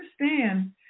understand